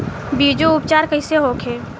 बीजो उपचार कईसे होखे?